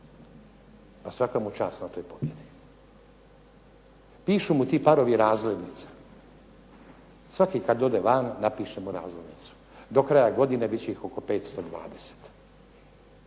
Pa svaka mu čast na toj pobjedi! Pišu mu ti parovi razglednice. Svaki kad ode van napiše mu razglednicu. Do kraja godine bit će ih oko 520.